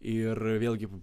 ir vėlgi